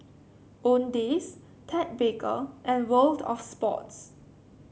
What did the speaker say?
Owndays Ted Baker and World Of Sports